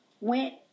went